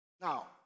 Now